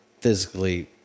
physically